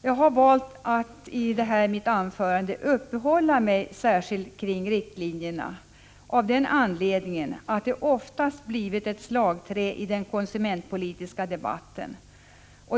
Jag har valt att i mitt anförande uppehålla mig särskilt vid riktlinjerna av den anledningen att de oftast blivit ett slagträ i den konsumentpolitiska debatten.